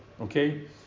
Okay